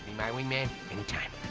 my wing man anytime.